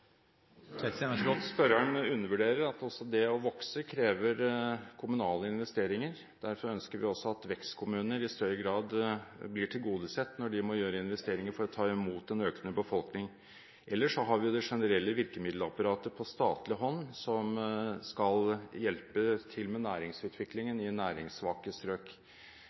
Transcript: tror spørreren undervurderer at også det å vokse krever kommunale investeringer. Derfor ønsker vi også at vekstkommuner i større grad blir tilgodesett når de må gjøre investeringer for å ta imot en økende befolkning. Ellers har vi det generelle virkemiddelapparatet på statlig hånd, som skal hjelpe til med næringsutviklingen i næringssvake strøk.